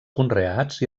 conreats